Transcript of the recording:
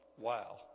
Wow